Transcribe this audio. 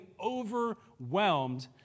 overwhelmed